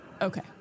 Okay